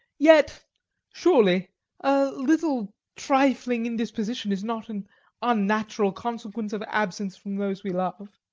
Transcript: yet surely a little trifling indisposition is not an unnatural consequence of absence from those we love